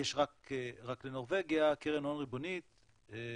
יש רק לנורבגיה קרן הון ריבונית או